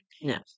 Yes